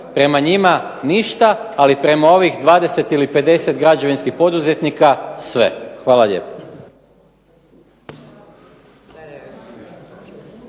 Prema njima ništa, ali prema ovih 20 ili 50 građevinskih poduzetnika sve. Hvala lijepo.